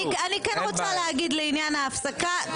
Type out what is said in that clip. אני רוצה להגיד לעניין ההפסקה,